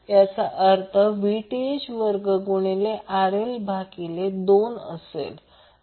याचा अर्थ Vth वर्ग गुणिले RL भागिले 2